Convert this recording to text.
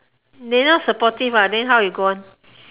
they not supportive ah then how you go on